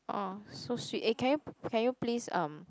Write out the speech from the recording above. orh so sweet eh can you can you please um